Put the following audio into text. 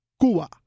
Cuba